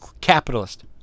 Capitalist